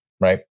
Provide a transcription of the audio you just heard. right